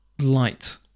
light